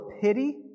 pity